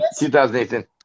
2018